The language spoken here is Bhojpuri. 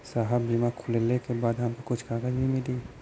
साहब बीमा खुलले के बाद हमके कुछ कागज भी मिली?